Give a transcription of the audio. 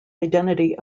identity